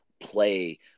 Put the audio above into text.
play